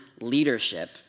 leadership